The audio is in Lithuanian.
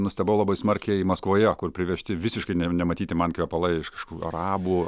nustebau labai smarkiai maskvoje kur privežti visiškai ne nematyti man kvepalai iš kažkokių arabų